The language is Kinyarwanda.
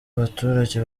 abaturage